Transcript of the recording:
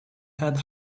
had